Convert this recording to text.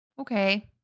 Okay